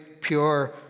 pure